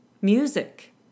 music